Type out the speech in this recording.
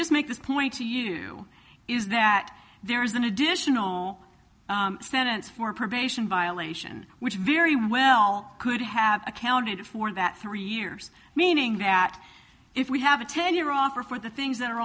just make this point to you is that there is an additional stance for probation violation which very well could have accounted for that three years meaning that if we have a ten year offer for the things that are